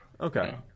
okay